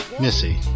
Missy